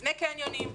לפני קניונים,